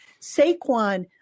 Saquon